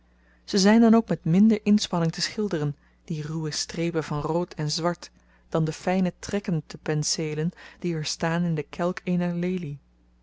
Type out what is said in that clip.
ze zyn dan ook met minder inspanning te schilderen die ruwe strepen van rood en zwart dan de fyne trekken te penseelen die er staan in den kelk eener lelie